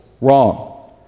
wrong